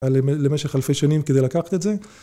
למשך אלפי שנים כדי לקחת את זה